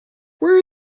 where